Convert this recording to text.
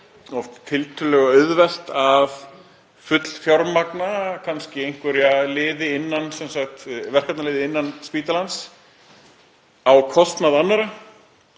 oft tiltölulega auðvelt að fullfjármagna einhverja verkefnaliði innan spítalans á kostnað annarra